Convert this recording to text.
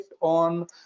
on